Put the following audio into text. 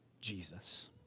Jesus